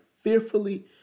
fearfully